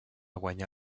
guanyar